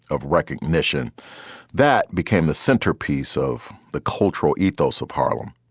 of recognition that became the centerpiece of the cultural ethos of harlem.